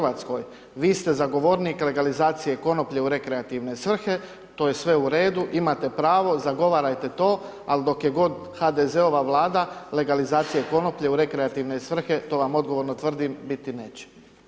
Vi ste zagovornik legalizacije konoplje u rekreativne svrhe, to je sve u redu, imate pravo, zagovarajte to, ali dok je god HDZ-ova Vlada, legalizacije konoplje u rekreativne svrhe, to vam odgovorno tvrdim, biti neće